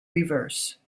reverse